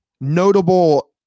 notable